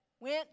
went